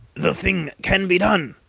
the thing can be done,